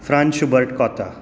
फ्रान Schubert कोता